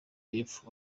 y’epfo